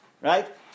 Right